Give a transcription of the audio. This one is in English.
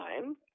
time